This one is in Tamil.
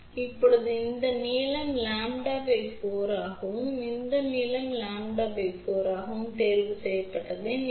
இப்போது இந்த நீளம்  4 ஆகவும் இந்த நீளம்  4 ஆகவும் தேர்வு செய்யப்பட்டுள்ளதை இங்கே காணலாம்